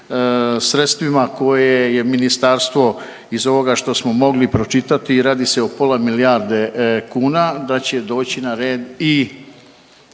sredstvima koje je ministarstvo iz ovoga što smo mogli pročitati radi se o pola milijarde kuna da će doći na red i